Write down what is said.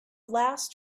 last